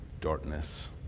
darkness